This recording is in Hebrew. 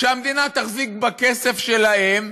שהמדינה תחזיק בכסף שלהם,